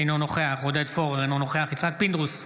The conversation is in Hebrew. אינו נוכח עודד פורר, אינו נוכח יצחק פינדרוס,